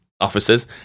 officers